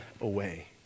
away